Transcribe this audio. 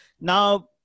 Now